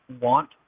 want